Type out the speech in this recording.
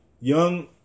Young